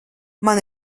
man